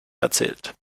erzählt